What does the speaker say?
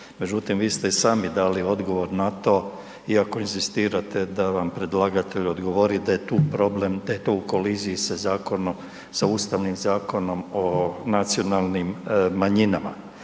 Međutim, vi ste i sami dali odgovor na to iako inzistirate da vam predlagatelj odgovori da je to u koliziji sa Ustavnim zakonom o nacionalnim manjinama.